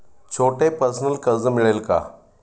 छोटे पर्सनल कर्ज मिळेल का?